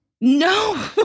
No